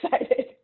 excited